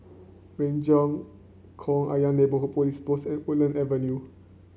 Renjong Ayer Neighbourhood Police Post and Woodland Avenue